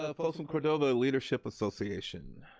so folks from cordoba leadership association.